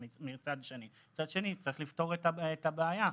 מצד שני, צריך לפתור את הבעיה.